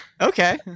Okay